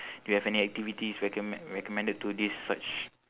do you have any activities recom~ recommended to this such